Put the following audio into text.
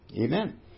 Amen